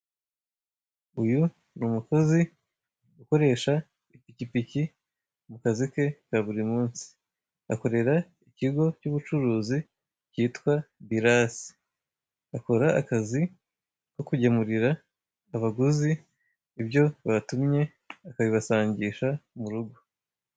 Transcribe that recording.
Uyu ni umukozi ukoresha ipikipiki mu kazi ke ka buri munsi. akorera ikigo cybucuruzi cyitwa bilasi, akora akazi ko kugemurira abaguzi ibyo batumye akabibasangisha muru rugo.